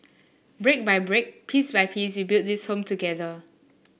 brick by brick piece by piece we build this Home together